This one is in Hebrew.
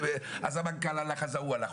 אז המנכ"ל הלך ואז ההוא הלך,